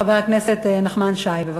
חבר הכנסת נחמן שי, בבקשה.